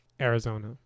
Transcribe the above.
Arizona